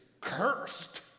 cursed